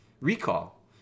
Recall